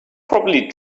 probably